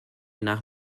nach